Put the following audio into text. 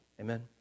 Amen